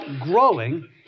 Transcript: growing